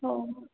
हो हो